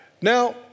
Now